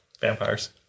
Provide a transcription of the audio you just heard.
vampires